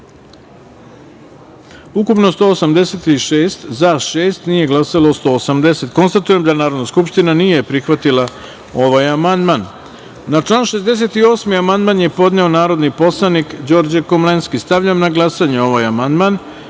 ukupno – 186, za – šest, nije glasalo – 180.Konstatujem da Narodna skupština nije prihvatila ovaj amandman. Na član 71. amandman je podneo narodni poslanik Đorđe Komlenski. Stavljam na glasanje ovaj amandman. Molim